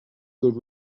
good